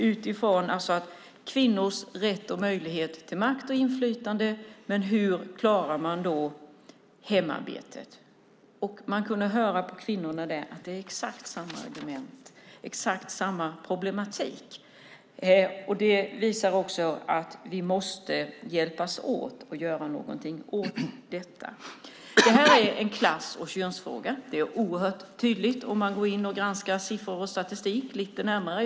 Det handlade om kvinnors rätt och möjlighet till makt och inflytande och hur man då klarar hemarbetet. Man kunde höra på kvinnorna där att det är exakt samma argument och exakt samma problematik. Vi måste hjälpas åt att göra något åt detta. Det är en klass och könsfråga. Det framgår oerhört tydligt om man granskar siffror och statistik lite närmare.